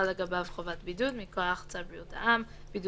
לגביו חובת בידוד מכוח צו בריאות העם (נגיף הקורונה